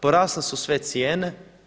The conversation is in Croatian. Porasle su sve cijene.